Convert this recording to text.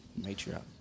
matriarch